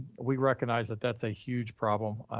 we recognize that that's a huge problem.